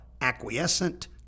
acquiescent